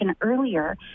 earlier